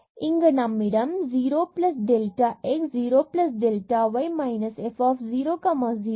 எனவே இங்கு நம்மிடம் 0 delta x 0 delta y minus f 0 0 உள்ளது